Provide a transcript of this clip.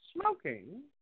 smoking